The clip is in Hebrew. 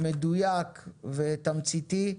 מדויק ותמציתי,